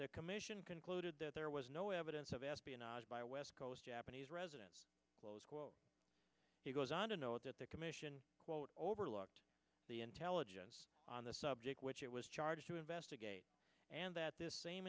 the commission concluded that there was no evidence of espionage by a west coast japanese resident he goes on to note that the commission quote overlooked the intelligence on the subject which it was charged to investigate and that this same